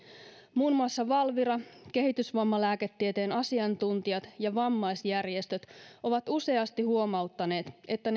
muun muassa valvira kehitysvammalääketieteen asiantuntijat ja vammaisjärjestöt ovat useasti huomauttaneet että